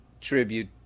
tribute